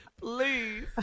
Please